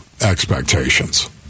expectations